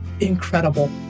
incredible